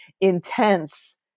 intense